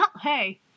Hey